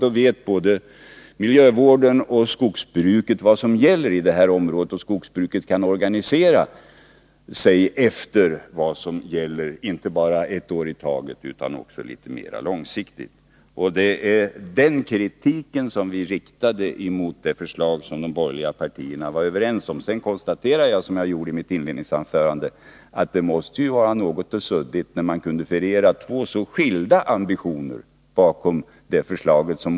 Då vet både miljövården och skogsbruket vad som gäller i denna region, och skogsbruket kan organisera sig efter det, inte bara ett år i taget utan också litet mera långsiktigt. Det var denna kritik som vi riktade mot det förslag som de borgerliga partierna var överens om. Sedan konstaterar jag, som jag gjorde i mitt inledningsanförande, att förslaget måste vara något suddigt, när man bakom det kunde förena två så skilda ambitioner som moderaternas resp. centerns och folkpartiets.